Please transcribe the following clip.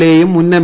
എയെയും മുൻ എം